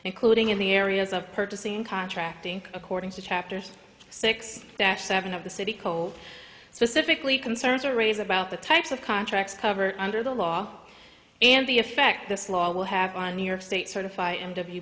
including in the areas of purchasing contracting according to chapters six seven of the city cold specifically concerns or raise about the types of contracts covered under the law and the effect this law will have on new york state certify